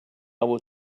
will